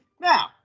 Now